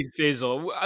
Faisal